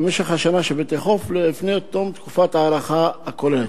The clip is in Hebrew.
במשך השנה שבתכוף לפני תום תקופת ההארכה הכוללת.